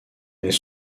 est